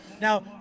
Now